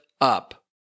up